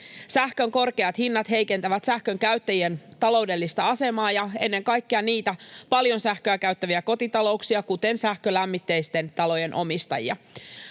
Sähkön korkeat hinnat heikentävät sähkönkäyttäjien taloudellista asemaa ja ennen kaikkea paljon sähköä käyttäviä kotitalouksia, kuten sähkölämmitteisten talojen omistajia.